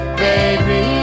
baby